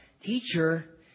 teacher